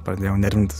pradėjau nervintis